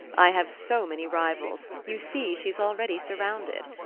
i have so many rivals you see she's already surrounded.